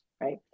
right